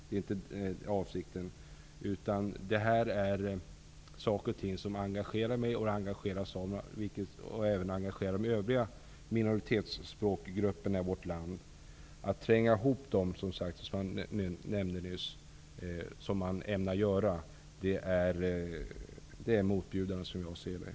Det är inte avsikten. Detta är saker som engagerar mig, och det engagerar samerna och de övriga minoritetsspråkgrupperna i vårt land. Det är motbjudande att tränga ihop dem, som man ämnar göra.